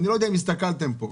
אני לא יודע אם הסתכלתם פה.